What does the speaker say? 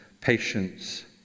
patience